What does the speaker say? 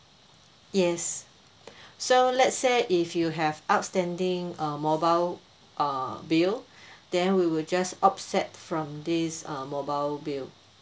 yes so let's say if you have outstanding uh mobile uh bill then we will just offset from this um mobile bill